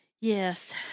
yes